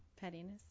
Pettiness